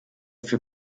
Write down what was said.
für